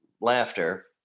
laughter